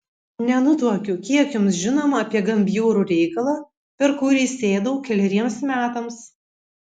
nenutuokiu kiek jums žinoma apie gan bjaurų reikalą per kurį sėdau keleriems metams